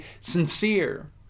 Sincere